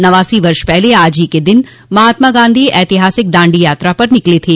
नवासी वर्ष पहले आज ही के दिन महात्मा गांधी ऐतिहासिक दांडी यात्रा पर निकले थे